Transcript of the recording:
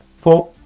Four